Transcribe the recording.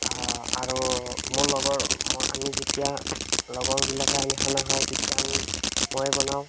আৰু মোৰ লগৰ আমি যেতিয়া লগৰবিলাকে আমি খানা খাওঁ তেতিয়া আমি মই বনাওঁ